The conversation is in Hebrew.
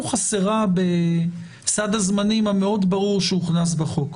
חסרה בסד הזמנים הברור מאוד שהוכנס בחוק.